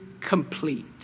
complete